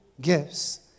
Gifts